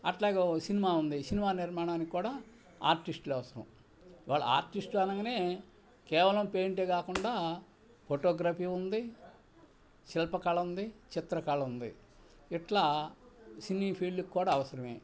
అట్లాగా సినిమా ఉంది సినిమా నిర్మాణానికి కూడా ఆర్టిస్ట్లు అవసరం వాళ్ళు ఆర్టిస్ట్లు అనగానే కేవలం పెయింటే కాకుండా ఫోటోగ్రఫీ ఉంది శిల్పకళ ఉంది చిత్రకళ ఉంది ఇట్లా సినీ ఫీల్డ్కి కూడా అవసరమే